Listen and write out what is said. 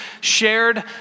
shared